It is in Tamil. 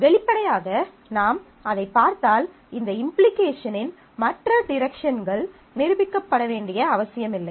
வெளிப்படையாக நாம் அதைப் பார்த்தால் இந்த இம்ப்ளிகேஷனின் மற்ற டிரெக்ஷன்கள் நிரூபிக்கப்பட வேண்டிய அவசியமில்லை